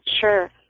Sure